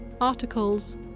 articles